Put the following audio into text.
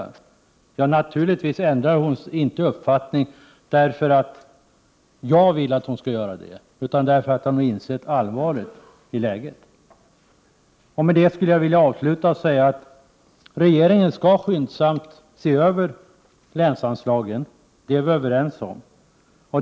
Hon ändrar naturligtvis inte uppfattning därför att jag vill att hon skall göra det utan därför att hon har insett allvaret i läget. Med det vill jag avsluta och säga att regeringen skyndsamt skall se över länsanslagen, vilket vi är överens om.